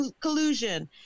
collusion